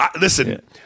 Listen